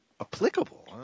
applicable